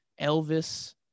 elvis